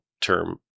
term